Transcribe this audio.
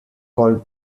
called